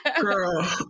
Girl